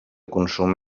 consum